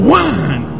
one